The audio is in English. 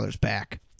back